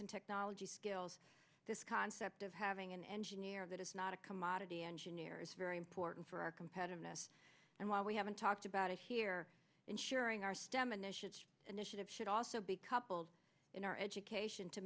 and technology skills this concept of having an engineer that is not a commodity engineer is very important for our competitiveness and while we haven't talked about it here ensuring our stem initiatives initiative should also be coupled in our education to